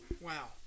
Wow